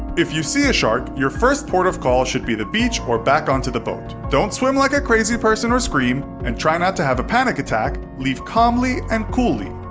if you see a shark, your first port of call should be the beach or back onto the boat. don't swim like a crazy person or scream, and try not to have a panic attack, leave calmly and coolly.